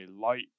light